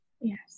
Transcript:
Yes